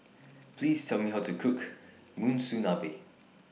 Please Tell Me How to Cook Monsunabe